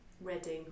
Reading